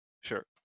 Sure